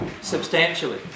substantially